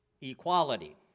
equality